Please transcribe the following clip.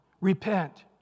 repent